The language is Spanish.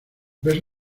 ves